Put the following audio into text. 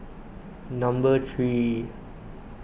number three